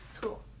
cool